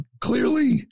Clearly